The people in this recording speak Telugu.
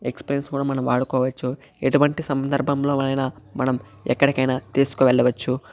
ఎక్స్ప్రెస్ కూడా మనం వాడుకోవచ్చు ఎటువంటి సందర్భంలో అయినా మనం ఎక్కడికైనా తీసుకవెళ్ళవచ్చు